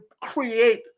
create